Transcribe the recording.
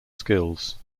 skills